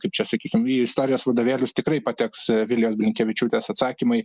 kaip čia sakykim į istorijos vadovėlius tikrai pateks vilijos blinkevičiūtės atsakymai